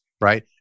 right